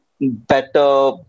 better